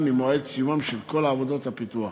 ממועד סיומן של כל עבודות הפיתוח.